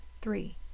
Three